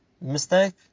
mistake